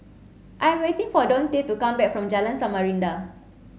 I'm waiting for Dontae to come back from Jalan Samarinda